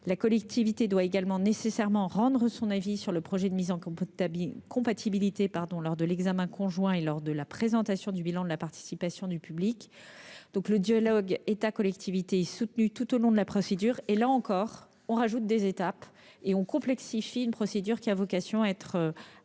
La collectivité doit également nécessairement rendre son avis sur le projet de mise en compatibilité lors de l'examen conjoint et lors de la présentation du bilan de la participation du public. Le dialogue entre l'État et les collectivités est soutenu tout au long de la procédure. Nul besoin d'ajouter des étapes et de complexifier un processus ayant vocation à être